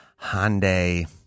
Hyundai